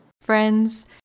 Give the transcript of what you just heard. Friends